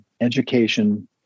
education